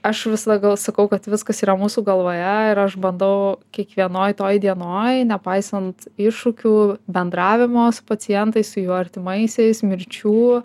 aš visada gal sakau kad viskas yra mūsų galvoje ir aš bandau kiekvienoj toj dienoj nepaisant iššūkių bendravimo su pacientais jų artimaisiais mirčių